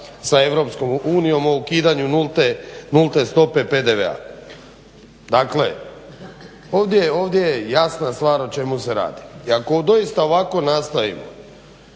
sa EU o ukidanju nulte stope PDV-a. Dakle, ovdje je jasna stvar o čemu se radi. I ako doista ovako nastavimo,